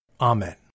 Amen